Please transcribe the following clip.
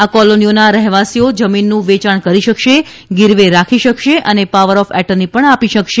આ કોલોનીઓના રહેવાસીઓ જમીનનું વેચાણ કરી શકશે ગીરવે રાખી શકશે અને ભાવર ઓફ એર્ટની ભણ આપી શકશે